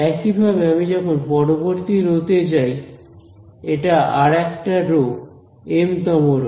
একইভাবে আমি যখন পরবর্তী রো তে যাই এটা আর একটা রো এম তম রো